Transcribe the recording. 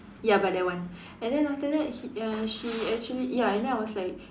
ya but that one and then after that he uh she actually ya and then I was like